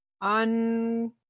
on